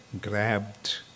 grabbed